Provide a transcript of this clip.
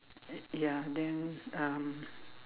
ya then um